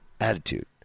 attitude